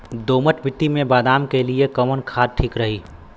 दोमट मिट्टी मे बादाम के लिए कवन खाद ठीक रही?